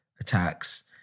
attacks